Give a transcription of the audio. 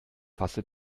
fasse